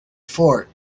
fort